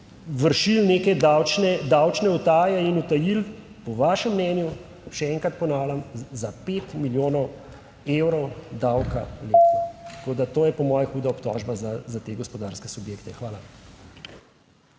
vršili neke davčne utaje in utajili po vašem mnenju, še enkrat ponavljam za 5 milijonov evrov davka letno. Tako, da to je po moje huda obtožba za te gospodarske subjekte. Hvala.